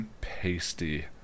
pasty